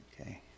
okay